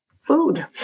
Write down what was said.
food